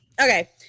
Okay